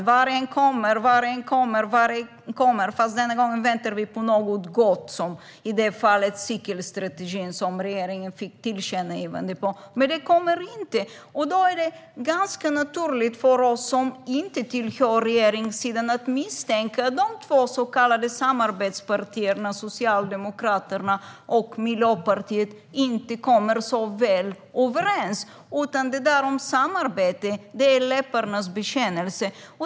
Man ropar "Vargen kommer, vargen kommer", fast den här gången väntar vi på något gott som aldrig kommer. Den här gången gäller det den cykelstrategi som regeringen fick ett tillkännagivande om. Det är naturligt för oss som inte tillhör regeringssidan att misstänka att de så kallade samarbetspartierna, Socialdemokraterna och Miljöpartiet, inte kommer så väl överens. Det där med samarbete verkar vara en läpparnas bekännelse.